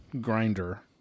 grinder